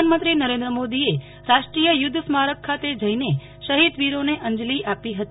પ્રધાનમંત્રી નરેન્દ્ર મોદીએ રાષ્ટ્રીય યુધ્ધ સ્મારક જઈને શહિદ વિરોને અંજલી આપી હતી